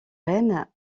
reines